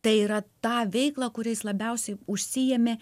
tai yra tą veiklą kuria jis labiausiai užsiėmė